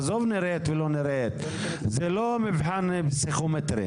עזוב נראית או לא נראית, זה לא מבחן פסיכומטרי.